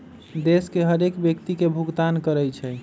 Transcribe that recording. देश के हरेक व्यक्ति के भुगतान करइ छइ